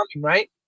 right